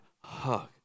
hug